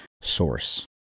source